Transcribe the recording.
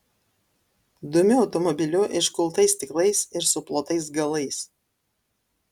dumiu automobiliu iškultais stiklais ir suplotais galais